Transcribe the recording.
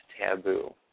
taboo